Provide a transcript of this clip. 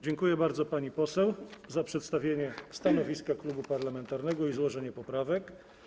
Dziękuję bardzo, pani poseł, za przedstawienie stanowiska klubu parlamentarnego i złożenie poprawek.